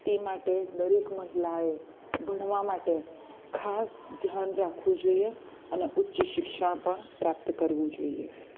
તે માટે દરેક મહિલાએ ભણવા માટે ખાસ ધ્યાન રાખવું જોઈએ અને ઉચ્ચ શિક્ષણ પણ પ્રાપ્ત કરવું જોઈએ